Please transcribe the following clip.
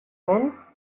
nens